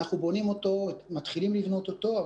אנחנו מתחילים לבנות אותו,